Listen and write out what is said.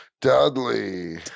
dudley